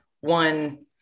one